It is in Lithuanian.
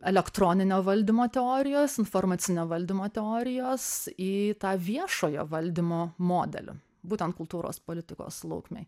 elektroninio valdymo teorijos informacinio valdymo teorijos į tą viešojo valdymo modelį būtent kultūros politikos laukmėj